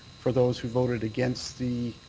for those who voted against the